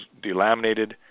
delaminated